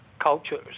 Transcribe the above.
cultures